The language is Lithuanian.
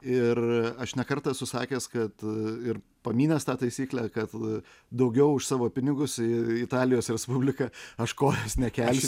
ir aš ne kartą esu sakęs kad ir pamynęs tą taisyklę kad daugiau už savo pinigus į italijos respubliką aš kojos nekels